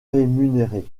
rémunérés